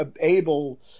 able